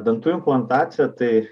dantų implantacija tai